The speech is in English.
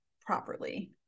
properly